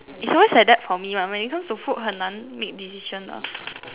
is always like that for me [one] when it comes to food 很难 make decision lor